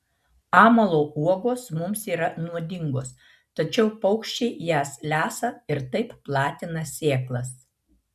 amalo uogos mums yra nuodingos tačiau paukščiai jas lesa ir taip platina sėklas